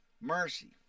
Mercy